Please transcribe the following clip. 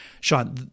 Sean